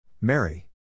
Mary